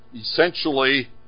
essentially